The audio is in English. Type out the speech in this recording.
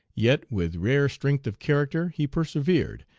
yet with rare strength of character he persevered,